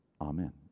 Amen